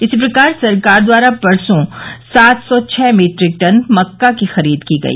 इसी प्रकार सरकार द्वारा परसों सात सौ छह मीट्रिक टन मक्का की खरीद की गई